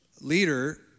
leader